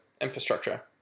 infrastructure